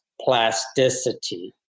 plasticity